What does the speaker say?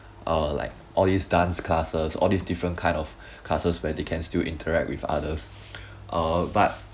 uh like all these dance classes all these different kind of classes where they can still interact with others uh but